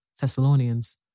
Thessalonians